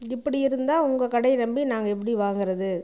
இப்படி இருந்தால் உங்கள் கடையை நம்பி நாங்கள் எப்படி வாங்கிறது